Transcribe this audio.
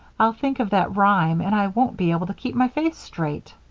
i'll think of that rhyme and i won't be able to keep my face straight.